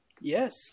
yes